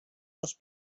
los